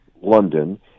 London